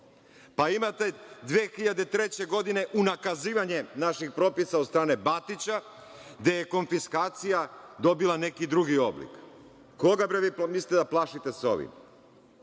Imate 2003. godine unakazivanje naših propisa od strane Batića, gde je konfiskacija dobila neki drugi oblik. Koga bre vi mislite da plašite sa ovim?